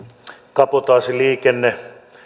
kabotaasiliikenne